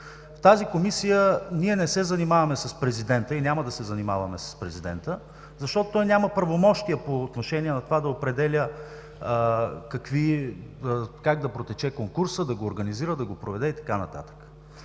В тази Комисия ние не се занимаваме с президента и няма да се занимаваме с него, защото той няма правомощия по отношение на това да определя как да протече конкурса, да го организира, да го проведе и така нататък.